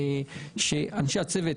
שאנשי הצוות